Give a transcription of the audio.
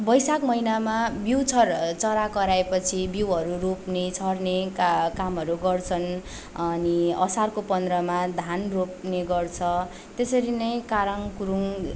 बैशाख महिनामा बिउ छर चरा कराए पछि बिउहरू रोप्ने छर्ने कामहरू गर्छन् अनि असारको पन्ध्रमा धान रोप्ने गर्छ त्यसरी नै काराङ कुरुङ